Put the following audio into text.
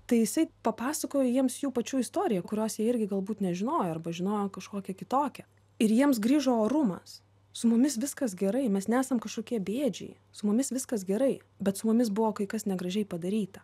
tai jisai papasakojo jiems jų pačių istoriją kurios jie irgi galbūt nežinojo arba žinojo kažkokią kitokią ir jiems grįžo orumas su mumis viskas gerai mes nesam kažkokie bėdžiai su mumis viskas gerai bet su mumis buvo kai kas negražiai padaryta